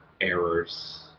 errors